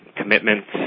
commitments